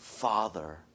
Father